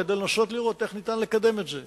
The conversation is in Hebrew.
כדי לנסות לראות איך ניתן לקדם את זה,